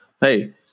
hey